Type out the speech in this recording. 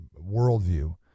worldview